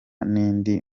n’indi